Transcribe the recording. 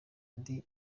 indi